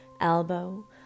elbow